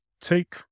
take